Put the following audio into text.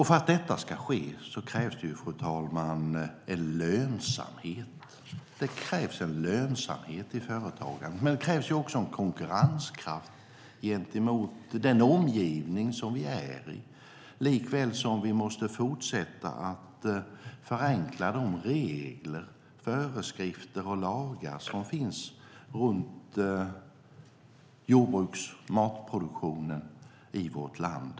För att detta ska ske krävs det lönsamhet i företagandet. Det krävs också en konkurrenskraft gentemot vår omgivning. Vi måste också fortsätta att förenkla de regler, föreskrifter och lagar som finns runt jordbruket och matproduktionen i vårt land.